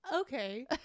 Okay